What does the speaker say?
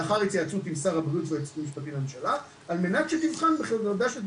לאחר התייעצות עם שר הבריאות והיועמ"ש לממשלה על מנת שתבחן ---..".